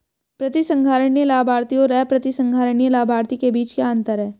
प्रतिसंहरणीय लाभार्थी और अप्रतिसंहरणीय लाभार्थी के बीच क्या अंतर है?